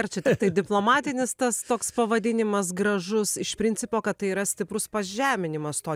ar čia tiktai diplomatinis tas toks pavadinimas gražus iš principo kad tai yra stiprus pažeminimas to